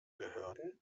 behörden